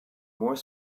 more